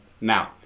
now